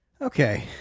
okay